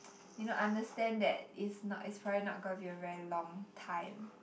you know understand that it's not it's probably not gonna be a very long time